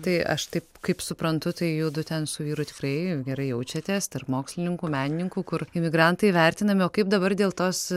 tai aš taip kaip suprantu tai judu ten su vyru tikrai gerai jaučiatės tarp mokslininkų menininkų kur imigrantai vertinami o kaip dabar dėl tos